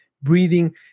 breathing